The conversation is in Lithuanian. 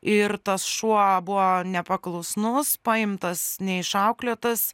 ir tas šuo buvo nepaklusnus paimtas neišauklėtas